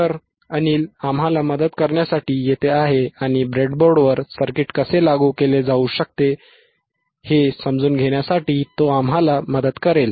तर अनिल आम्हाला मदत करण्यासाठी येथे आहे आणि ब्रेडबोर्डवर सर्किट कसे लागू केले जाऊ शकते हे समजून घेण्यासाठी तो आम्हाला मदत करेल